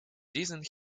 diesen